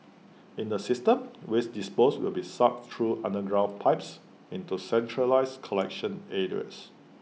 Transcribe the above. in the system waste disposed will be sucked through underground pipes into centralised collection areas